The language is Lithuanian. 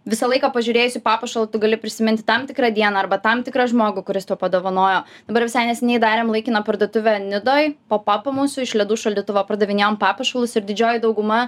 visą laiką pažiūrėjus į papuošalą tu gali prisiminti tam tikrą dieną arba tam tikrą žmogų kuris tau padovanojo dabar visai neseniai darėm laikiną parduotuvę nidoje popapu iš ledų šaldytuvo pardavinėjom papuošalus ir didžioji dauguma